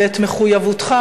ואת מחויבותך,